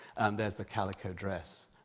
there's the calico dress.